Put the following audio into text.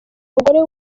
umugore